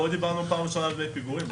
פה דיברנו פעם ראשונה על דמי פיגורים.